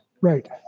Right